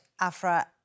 Afra